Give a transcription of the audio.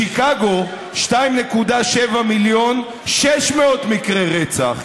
בשיקגו, 2.7 מיליון, 600 מקרי רצח.